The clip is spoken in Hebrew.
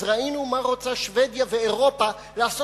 אז ראינו מה רוצות שבדיה ואירופה לעשות